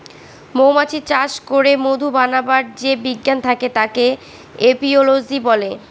মৌমাছি চাষ করে মধু বানাবার যে বিজ্ঞান থাকে তাকে এপিওলোজি বলে